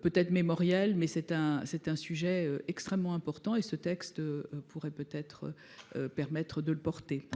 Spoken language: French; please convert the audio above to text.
Peut être mémoriel mais c'est un c'est un sujet extrêmement important et ce texte pourrait peut-être. Permettre de le porter.